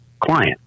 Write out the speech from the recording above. client